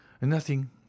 Nothing